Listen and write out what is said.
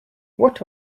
what